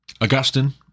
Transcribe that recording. Augustine